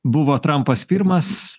buvo trampas pirmas